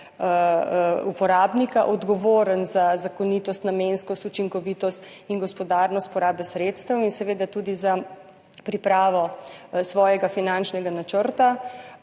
uporabnika odgovoren za zakonitost, namenskost, učinkovitost in gospodarnost porabe sredstev in seveda tudi za pripravo svojega finančnega načrta,